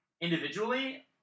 individually